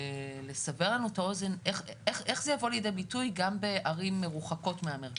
לסבר לנו את האוזן איך זה יבוא לידי ביטוי גם בערים מרוחקות מהמרכז.